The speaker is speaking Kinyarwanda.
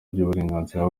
ry’uburenganzira